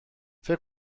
فکر